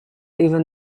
even